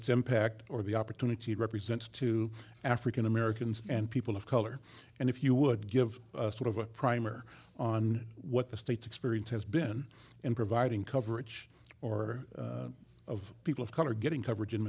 its impact or the opportunity represent to african americans and people of color and if you would give us sort of a primer on what the state's experience has been in providing coverage or of people of color getting coverage in